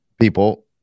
people